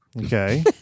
Okay